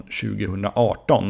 2018